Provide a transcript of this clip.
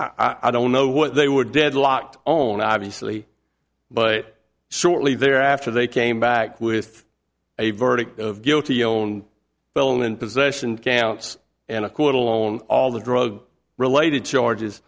and i don't know what they were deadlocked own obviously but shortly thereafter they came back with a verdict of guilty own felon in possession counts and a quarter alone all the drug related charges